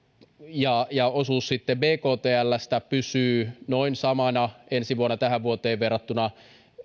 ja ja osuus bktlstä pysyy noin samana ensi vuonna tähän vuoteen verrattuna